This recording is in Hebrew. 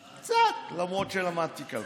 קצת, למרות שלמדתי כלכלה.